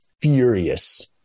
furious